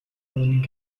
learning